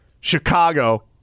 Chicago